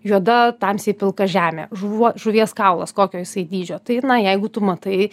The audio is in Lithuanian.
juoda tamsiai pilka žemė žuvuo žuvies kaulas kokio jisai dydžio tai na jeigu tu matai